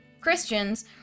Christians